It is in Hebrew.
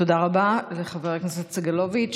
תודה רבה לחבר הכנסת סגלוביץ'.